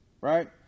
right